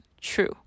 true